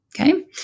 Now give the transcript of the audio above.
okay